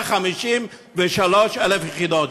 153,000 יחידות?